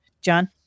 John